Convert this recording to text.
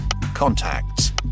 contacts